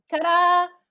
Ta-da